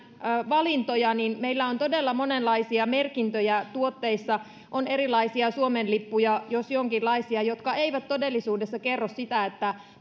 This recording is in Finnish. valintoja meillä on todella monenlaisia merkintöjä tuotteissa on erilaisia suomen lippuja jos jonkinlaisia jotka eivät todellisuudessa kerro sitä että